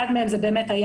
אחד מהם זה 4א,